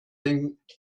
thing